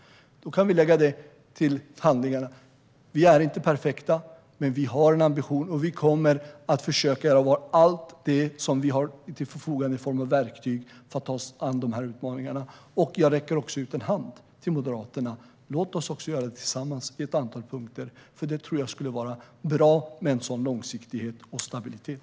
Vi kan lägga till handlingarna att vi inte är perfekta. Men vi har en ambition. Och vi kommer att försöka göra allt som vi har till vårt förfogande, i form av verktyg, för att ta oss an utmaningarna. Jag sträcker också ut en hand till Moderaterna: Låt oss göra det tillsammans, på ett antal punkter! Jag tror att det skulle vara bra med sådan långsiktighet och stabilitet.